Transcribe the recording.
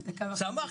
שמחתי'.